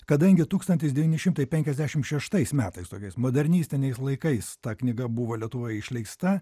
kadangi tūkstantis devyni šimtai penkiasdešimt šeštais metais tokiais modernistiniais laikais ta knyga buvo lietuvoje išleista